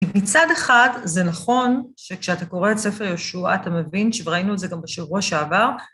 כי מצד אחד זה נכון שכשאתה קורא את ספר יהושע, אתה מבין שראינו את זה גם בשבוע שעבר.